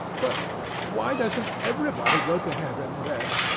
but why doesn't everybody go to heaven, then?